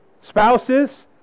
Spouses